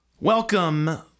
Welcome